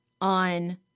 on